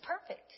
perfect